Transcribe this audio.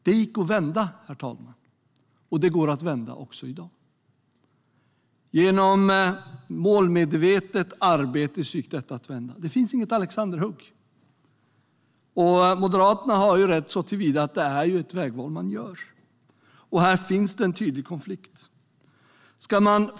De gick att vända, och det går att vända också i dag genom målmedvetet arbete. Det finns inget alexanderhugg. Moderaterna har rätt i att det är ett vägval man gör. Här finns en tydlig konflikt.